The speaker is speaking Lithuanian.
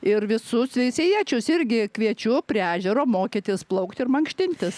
ir visus veisiejiečius irgi kviečiu prie ežero mokytis plaukti ir mankštintis